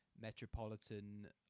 metropolitan